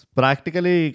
practically